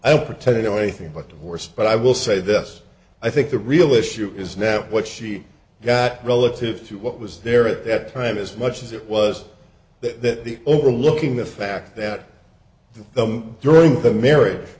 i don't pretend to know anything about the horse but i will say this i think the real issue is now what she got relative to what was there at that time as much as it was that overlooking the fact that the during the marriage